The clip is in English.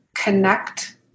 connect